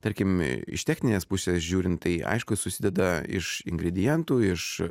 tarkim iš techninės pusės žiūrint tai aišku susideda iš ingredientų iš